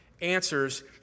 answers